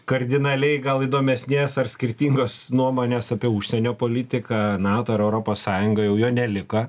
kardinaliai gal įdomesnės ar skirtingos nuomonės apie užsienio politiką nato ir europos sąjungą jau jo neliko